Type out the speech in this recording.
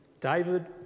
David